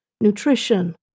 nutrition